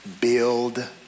Build